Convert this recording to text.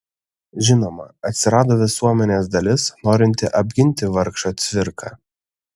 žinoma atsirado visuomenės dalis norinti apginti vargšą cvirką